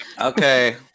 Okay